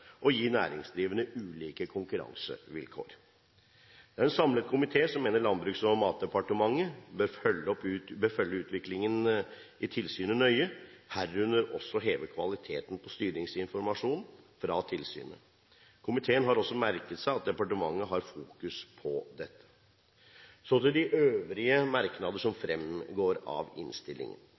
og gi næringsdrivende ulike konkurransevilkår. Det er en samlet komité som mener Landbruks- og matdepartementet bør følge utviklingen i tilsynet nøye, herunder også heve kvaliteten på styringsinformasjonen fra tilsynet. Komiteen har også merket seg at departementet har fokus på dette. Så til de øvrige merknader som fremgår av innstillingen.